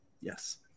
Yes